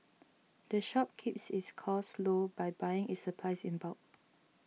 the shop keeps its costs low by buying its supplies in bulk